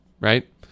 right